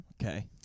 Okay